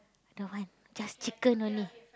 don't want just chicken only